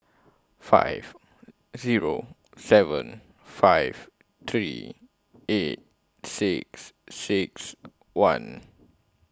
five Zero seven five three eight six six one